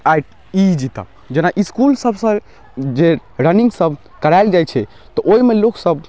आइ ई जीतब जेना ईस्कूल सब सँ जे रनिंग सब कराएल जाइ छै तऽ ओइमे लोक सब